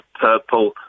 purple